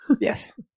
Yes